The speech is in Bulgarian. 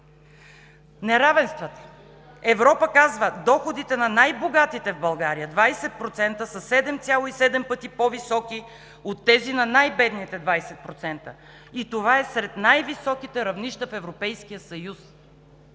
Неравенствата. Европа казва: „Доходите на най-богатите в България – 20%, са 7,7 пъти по-високи от тези на най-бедните – 20%, и това е сред най-високите равнища в Европейския съюз.“